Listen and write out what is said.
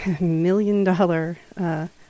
million-dollar